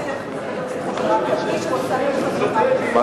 לטפל בפסיכותרפיה בלי שהוא עשה קורס,